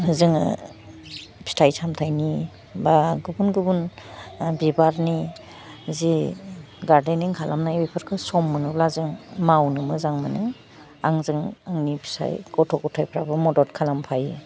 जोङो फिथाइ सामथाइनि बा गुबुन गुबुन ओह बिबारनि जि गार्डेनिं खालामनाय बेफोरखौ सम मोनोब्ला जों मावनो मोजां मोनो आंजों आंनि फिसाइ गथ' गथाइफ्राबो मदद खालामफायो